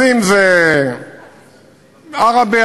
אם עראבה,